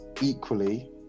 equally